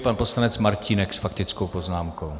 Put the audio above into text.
Pan poslanec Martínek s faktickou poznámkou.